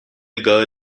girl